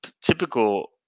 typical